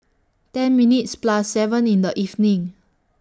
ten minutes Plus seven in The evening